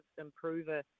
improver